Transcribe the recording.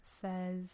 says